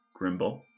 Grimble